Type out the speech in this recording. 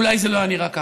אולי זה לא היה נראה ככה.